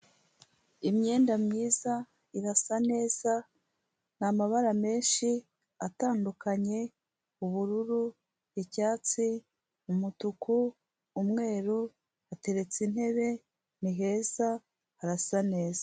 Imyenda myiza irasa neza ni amabara menshi atandukanye ubururu, icyatsi, umutuku, umweru, hateretse intebe, ni heza, harasa neza.